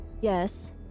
Yes